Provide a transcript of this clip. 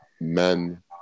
men